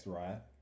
right